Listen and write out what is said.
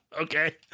Okay